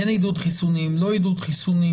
כן עידוד חיסונים, לא עידוד חיסונים